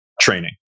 training